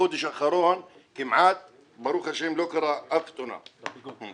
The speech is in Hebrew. בחודש האחרון ברוך השם כמעט לא קרתה אף תאונה בפיגום.